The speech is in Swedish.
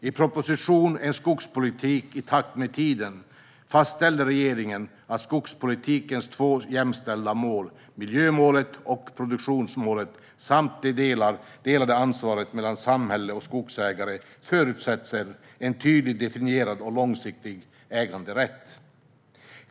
I propositionen En skogspolitik i takt med tiden fastställde regeringen att skogspolitikens två jämställda mål, miljömålet och produktionsmålet, samt det delade ansvaret mellan samhället och skogsägarna, förutsätter en tydligt definierad och långsiktig äganderätt.